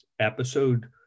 episode